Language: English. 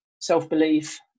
self-belief